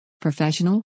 Professional